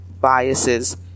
biases